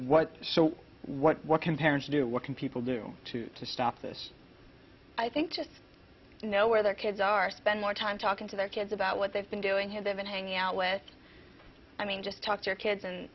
what so what can parents do what can people do to stop this i think to know where their kids are spend more time talking to their kids about what they've been doing here they've been hanging out with i mean just talk to your kids